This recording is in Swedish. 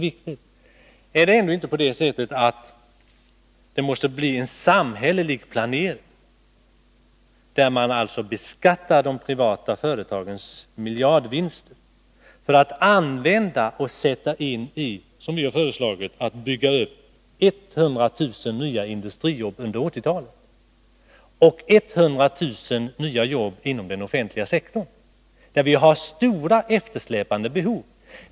Måste man inte nu göra en samhällelig planering, där man beskattar de privata företagens miljardvinster och använder dessa inkomster för att, som vi har föreslagit, under 1980-talet skapa 100 000 nya industrijobb och 100 000 nya jobb inom den offentliga sektorn, där vi har stora, eftersläpande behov?